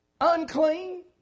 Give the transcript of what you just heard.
unclean